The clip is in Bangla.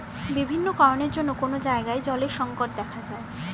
বিভিন্ন কারণের জন্যে কোন জায়গায় জলের সংকট দেখা যায়